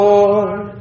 Lord